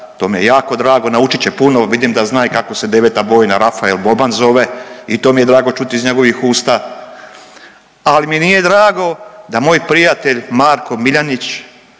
to me jako drago, naučit će puno, vidim da zna i kako se 9. bojna Rafael Boban zove, i to mi je drago čuti iz njegovih usta, ali mi nije drago da moj prijatelj Marko Miljanić,